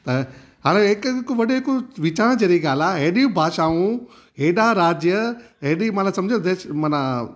त हाणे हिकु हिकु वर्ड हिकु वीचारण जहिड़ी ॻाल्हि आहे हेॾियूं भाषाऊं हेॾा राज्य हेॾी माना सम्झो माना